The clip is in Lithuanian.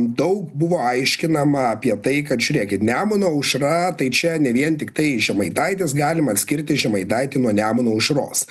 daug buvo aiškinama apie tai kad žiūrėkit nemuno aušra tai čia ne vien tiktai žemaitaitis galima atskirti žemaitaitį nuo nemuno aušros